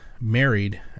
married